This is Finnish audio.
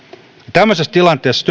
tämmöisessä tilanteessa